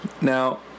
Now